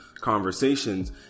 conversations